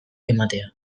ematea